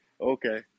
okay